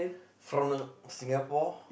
from uh Singapore